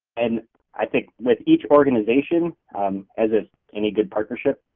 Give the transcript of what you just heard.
and i think with each organization as if any good partnership,